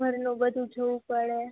ઘરનું બધું જોવું પડે